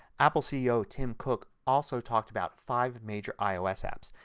apple ceo tim cook also talked about five major ios apps.